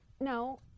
No